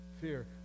fear